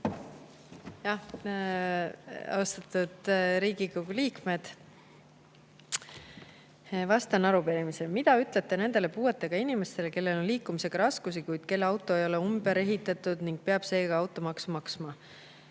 Austatud Riigikogu liikmed! Vastan arupärimisele. "Mida ütlete nendele puuetega inimestele, kellel on liikumisega raskusi, kuid kelle auto ei ole ümberehitatud ning peab seega automaksu maksma?"